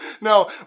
no